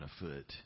afoot